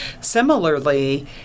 Similarly